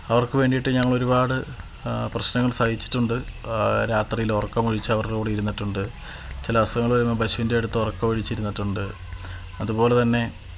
അവര്ക്ക് വേണ്ടീട്ട് ഞങ്ങളൊരുപാട് പ്രശ്നങ്ങള് സഹിച്ചിട്ടുണ്ട് രാത്രീലുറക്കമൊഴിച്ച് അവരുടെ കൂടെ ഇരുന്നിട്ടുണ്ട് ചില അസുഖങ്ങള് വരുമ്പോള് പശുവിന്റടുത്ത് ഉറക്കമൊഴിച്ച് ഇരുന്നിട്ടുണ്ട് അതുപോലെ തന്നെ